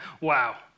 Wow